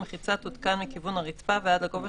המחיצה תותקן מכיוון הרצפה ועד לגובה